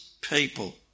people